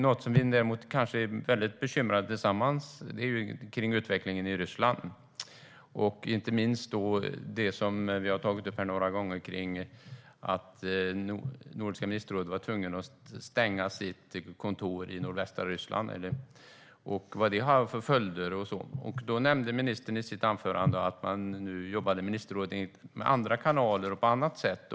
Något som kanske vi alla är bekymrade över är utvecklingen i Ryssland, inte minst det som tagits upp några gånger tidigare i debatten om att Nordiska ministerrådet var tvunget att stänga sitt kontor i nordvästra Ryssland och vilka följder det har fått. Ministern nämnde i sitt anförande att ministerrådet jobbar med andra kanaler och på annat sätt.